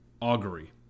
Augury